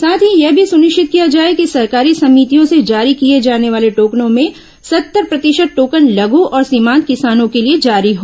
साथ ही यह भी सुनिश्चित किया जाए कि सहकारी समितियों से जारी किए जाने वाले टोकनों में सत्तर प्रतिशत टोकन लघू और सीमांत किसानों के लिए जारी हो